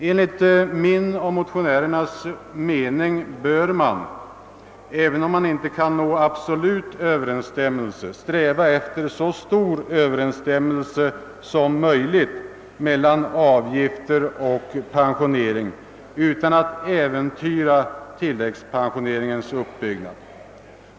Enligt min och motionärernas mening bör man, även om man inte kan nå absolut överensstämmelse, sträva efter så stor överensstämmelse mellan avgift och pension som är möjlig utan att äventyra = tilläggspensioneringens uppbyggnad.